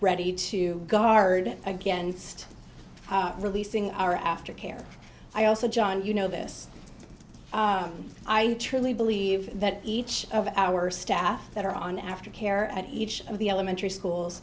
ready to guard against releasing our aftercare i also john you know this i truly believe that each of our staff that are on aftercare at each of the elementary schools